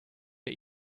wir